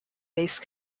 base